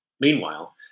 Meanwhile